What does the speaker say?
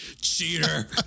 Cheater